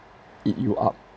eat you up